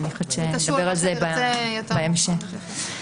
נדבר על זה בהמשך.